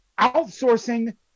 outsourcing